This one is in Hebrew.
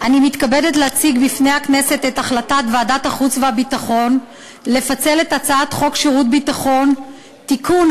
הצעת ועדת החוץ והביטחון בדבר פיצול הצעת חוק שירות ביטחון (תיקון,